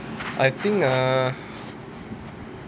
I think err